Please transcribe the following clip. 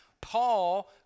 Paul